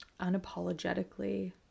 unapologetically